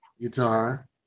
guitar